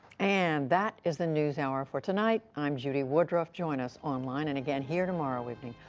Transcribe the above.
and that is the newshour for tonight. i'm judy woodruff. join us online and again here tomorrow evening.